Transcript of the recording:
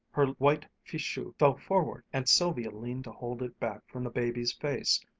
her white fichu fell forward and sylvia leaned to hold it back from the baby's face,